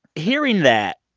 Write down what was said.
hearing that,